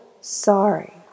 sorry